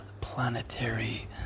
planetary